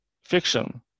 fiction